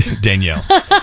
Danielle